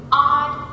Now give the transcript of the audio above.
odd